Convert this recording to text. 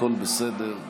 הכול בסדר.